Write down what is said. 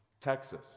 Texas